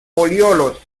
foliolos